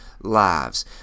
lives